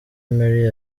merry